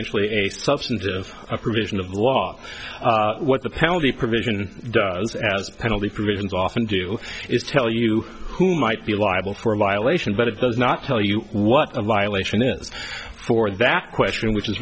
ially a substantive provision of law what the penalty provision does as penalty provisions often do is tell you who might be liable for a violation but it does not tell you what the violation is for that question which is